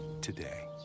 today